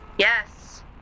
Yes